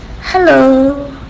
Hello